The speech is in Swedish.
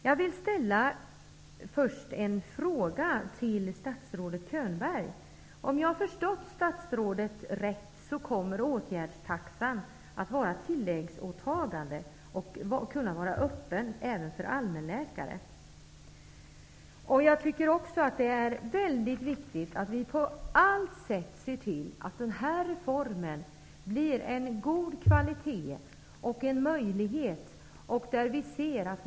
Jag vill ställa en fråga till statsrådet Könberg: Har jag förstått statsrådet rätt om jag tror att åtgärdstaxan kommer att vara ett tilläggsåtagande och att denna möjlighet kommer att vara öppen även för allmänläkare? Jag tycker också att det är väldigt viktigt att vi på allt sätt ser till att den här reformen blir av god kvalitet och en möjlighet.